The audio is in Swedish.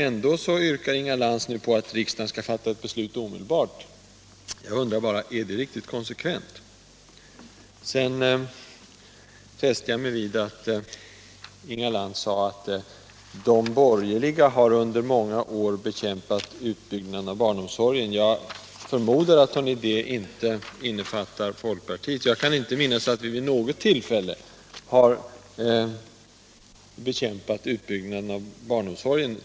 Ändå yrkar Inga Lantz nu att riksdagen skall fatta beslut omedelbart. Är det riktigt konsekvent? Sedan fäste jag mig vid att Inga Lantz sade att de borgerliga under många år har bekämpat utbyggnaden av barnomsorgen. Jag förmodar att hon inte innefattade folkpartiet. Jag kan inte minnas att vi vid något tillfälle har bekämpat utbyggnaden av barnomsorgen.